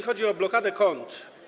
Chodzi mi o blokadę kont.